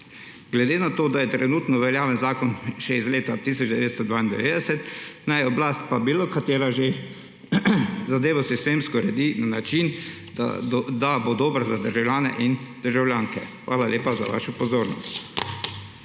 sredstev. Ker je trenutno veljaven zakon še iz leta 1992, naj oblast, pa katerakoli že, zadevo sistemsko uredi na način, da bo dobro za državljane in državljanke. Hvala lepa za vašo pozornost.